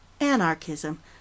Anarchism